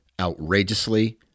outrageously